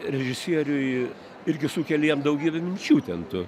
režisieriui irgi sukeli jam daugelį minčių ten tų